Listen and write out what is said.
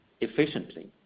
efficiently